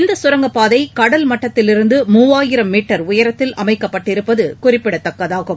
இந்த கரங்கப்பாதை கடல் மட்டத்திலிருந்து மூவாயிரம் மீட்டர் உயரத்தில் அமைக்கப்பட்டிருப்பது குறிப்பிடத்தக்கதாகும்